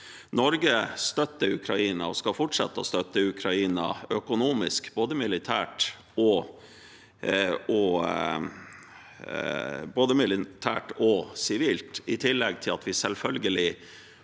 Norge støtter og skal fortsette å støtte Ukraina økonomisk, både militært og sivilt, i tillegg til at vi selvfølgelig